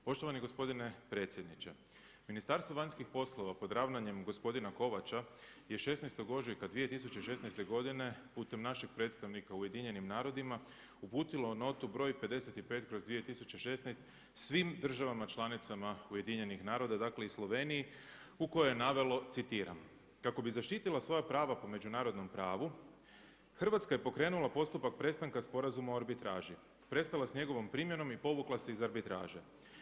Poštovani gospodine predsjedniče, Ministarstvo vanjskih poslova pod ravnanjem gospodina Kovača je 16. ožujka 2016. godine putem našeg predstavnika u UN-a uputilo notu broj 55/2016. svim državama članicama UN-a, dakle i Sloveniji u kojoj je navelo, citiram: „Kako bi zaštitila svoja prava po međunarodnom pravu Hrvatska je pokrenula postupak prestanka Sporazuma o arbitraži, prestala s njegovom primjenom i povukla se iz arbitraže.